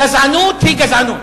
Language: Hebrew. גזענות היא גזענות.